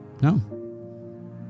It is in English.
no